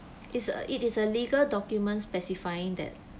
is a it is a legal documents specifying that